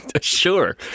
Sure